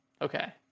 Okay